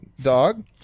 dog